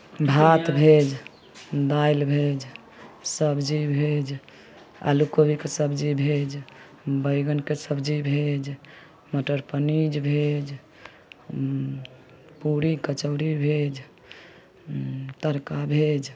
भात भेज दाइल भेज सब्जी भेज आलू कोबी के सब्जी भेज बैंगन के सब्जी भेज मटर पनीर भेज पूरी कचौड़ी भेज तड़का भेज